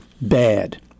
bad